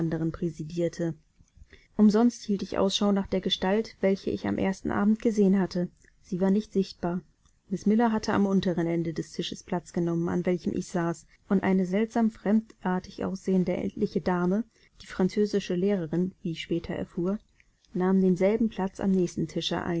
präsidierte umsonst hielt ich umschau nach der gestalt welche ich am ersten abend gesehen hatte sie war nicht sichtbar miß miller hatte am unteren ende des tisches platz genommen an welchem ich saß und eine seltsam fremdartig aussehende ältliche dame die französische lehrerin wie ich später erfuhr nahm denselben platz am nächsten